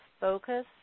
focus